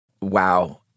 Wow